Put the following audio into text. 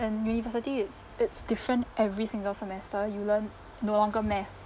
and university it's it's different every single semester you learn no longer math